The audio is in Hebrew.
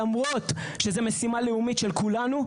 למרות שזו משימה לאומית של כולנו,